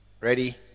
Ready